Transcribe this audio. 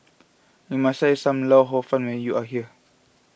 you must try Sam Lau Hor Fun when you are here